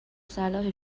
صلاح